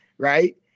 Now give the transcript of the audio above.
Right